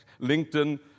LinkedIn